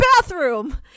bathroom